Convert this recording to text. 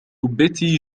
بتي